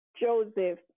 Joseph